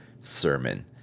sermon